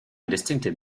distinctive